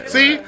See